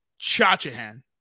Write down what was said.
Chachahan